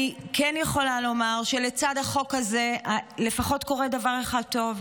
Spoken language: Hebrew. אני כן יכולה לומר שלצד החוק הזה לפחות קורה דבר אחד טוב.